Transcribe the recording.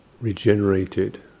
regenerated